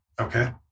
Okay